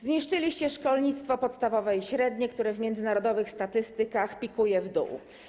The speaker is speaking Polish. Zniszczyliście szkolnictwo podstawowe i średnie, które w międzynarodowych statystykach pikuje w dół.